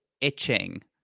itching